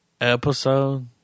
episode